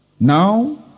now